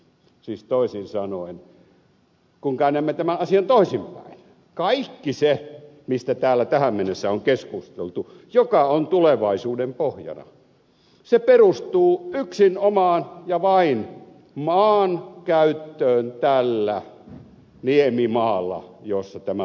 siis toisin sanoen kun käännämme tämän asian toisinpäin kaikki se mistä täällä tähän mennessä on keskusteltu mikä on tulevaisuuden pohjana perustuu yksinomaan ja vain maan käyttöön tällä niemimaalla jolla tämä valtio sijaitsee